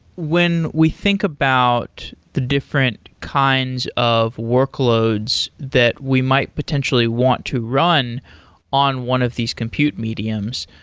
when we think about the different kinds of workloads that we might potentially want to run on one of these compute mediums,